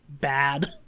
bad